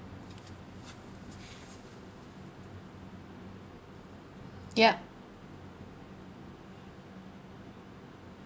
yup